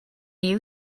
you